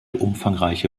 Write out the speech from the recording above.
umfangreiche